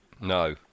No